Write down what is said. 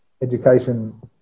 education